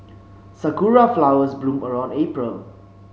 Sakura flowers bloom around April